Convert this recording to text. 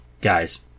Guys